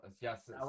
Yes